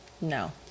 No